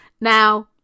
now